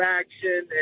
action